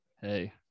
Hey